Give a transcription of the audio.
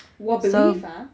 我 believe ah